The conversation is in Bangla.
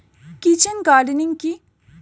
কিচেন গার্ডেনিং কি?